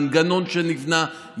מנגנון שנבנה,